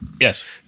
Yes